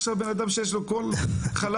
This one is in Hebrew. עכשיו אדם שיש לו קול חלש,